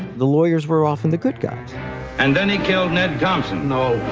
the lawyers were often the good guys and then he killed ned thompson. no,